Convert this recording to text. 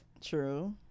True